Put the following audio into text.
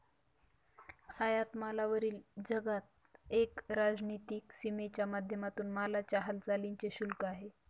आयात मालावरील जकात एक राजनीतिक सीमेच्या माध्यमातून मालाच्या हालचालींच शुल्क आहे